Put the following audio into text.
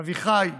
אביחי,